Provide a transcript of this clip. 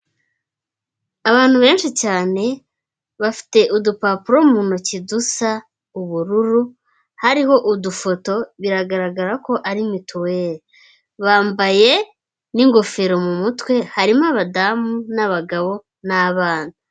Abantu benshi cyane bafite udupapuro mu ntoki dusa ubururu hariho udufoto. Biragaragara ko ari mituweri, bambaye n'ingofero mu mutwe harimo abadamu n'abagabo n'abana.